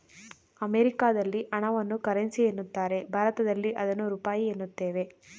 ಅಮೆರಿಕದಲ್ಲಿ ಹಣವನ್ನು ಕರೆನ್ಸಿ ಎನ್ನುತ್ತಾರೆ ಭಾರತದಲ್ಲಿ ಅದನ್ನು ರೂಪಾಯಿ ಎನ್ನುತ್ತೇವೆ